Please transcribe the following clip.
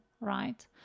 right